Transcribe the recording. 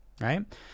right